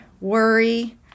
worry